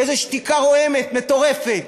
איזו שתיקה רועמת מטורפת.